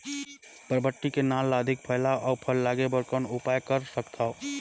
बरबट्टी के नार ल अधिक फैलाय अउ फल लागे बर कौन उपाय कर सकथव?